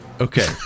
Okay